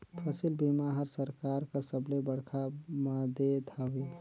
फसिल बीमा हर सरकार कर सबले बड़खा मदेत हवे